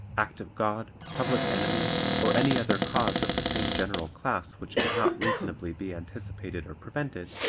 act of god, public enemy or any other cause of the same general class which could not reasonably be anticipated or prevented,